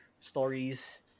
stories